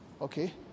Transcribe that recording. okay